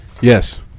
Yes